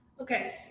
Okay